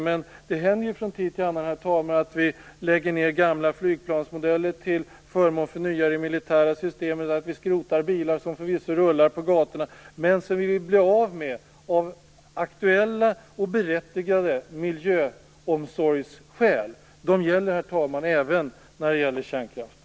Men det händer ju från tid till annan, herr talman, att vi lägger ned gamla flygplansmodeller till förmån för nya i det militära systemet, eller att vi skrotar bilar som förvisso rullar på gatorna men som vi vill bli av med av aktuella och berättigade miljöomsorgsskäl. De gäller, herr talman, även i fråga om kärnkraften.